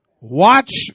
Watch